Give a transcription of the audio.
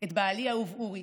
את בעלי האהוב, אורי,